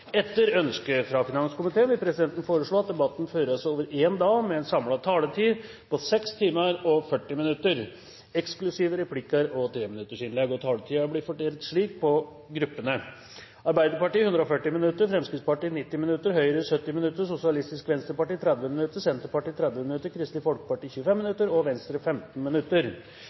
Etter ønske fra finanskomiteen vil presidenten foreslå at debatten føres over én dag, med en samlet taletid på 6 timer og 40 minutter, eksklusiv replikker og treminuttersinnlegg. Taletiden blir fordelt slik på gruppene: Arbeiderpartiet 140 minutter, Fremskrittspartiet 90 minutter, Høyre 70 minutter, Sosialistisk Venstreparti 30 minutter, Senterpartiet 30 minutter, Kristelig Folkeparti 25 minutter og Venstre 15 minutter.